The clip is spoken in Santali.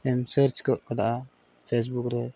ᱮᱢ ᱥᱟᱨᱪ ᱜᱚᱫ ᱠᱮᱫᱟ ᱯᱷᱮᱥᱵᱩᱠ ᱨᱮ